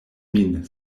min